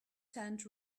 tent